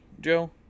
Joe